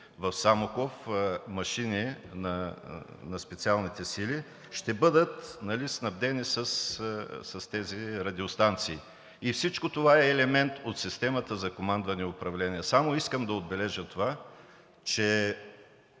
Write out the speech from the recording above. в Самоков машини на специалните сили, ще бъдат снабдени с тези радиостанции. И всичко това е елемент от системата за командване и управление. Само искам да отбележа това, че